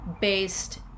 based